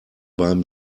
beim